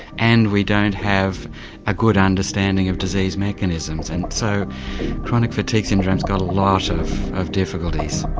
and we don't have a good understanding of disease mechanisms. and so chronic fatigue syndrome's got a lot of of difficulties.